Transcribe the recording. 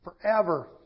forever